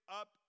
up